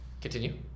Continue